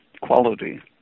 quality